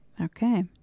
Okay